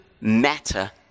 matter